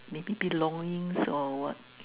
maybe belongings or what